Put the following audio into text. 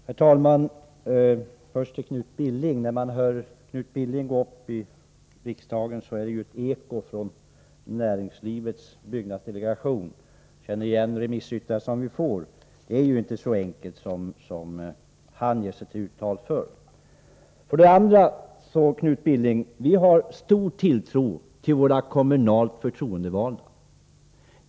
Herr talman! Först till Knut Billing. När man hör Knut Billing yttra sig från riksdagens talarstol låter det som ett eko från näringslivets byggnadsdelegation. Jag känner igen remissyttrandena som vi får. Det är ju inte så enkelt som Knut Billing vill göra gällande. Vi har, Knut Billing, stor tilltro till våra kommunalt förtroendevalda.